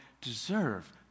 deserve